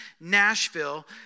Nashville